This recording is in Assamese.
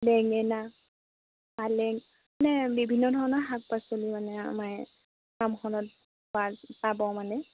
বেঙেনা পালেঙ মানে বিভিন্ন ধৰণৰ শাক পাচলি মানে আমাৰ ফাৰ্মখনত পা পাব মানে